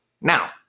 Now